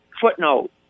footnote